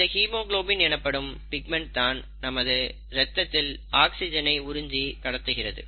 இந்த ஹீமோகுளோபின் எனப்படும் பிக்மன்ட் தான் நமது ரத்தத்தில் ஆக்ஸிஜனை உறிஞ்சி கடத்துகிறது